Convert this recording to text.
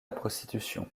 prostitution